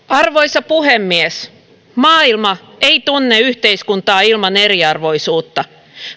arvoisa puhemies maailma ei tunne yhteiskuntaa ilman eriarvoisuutta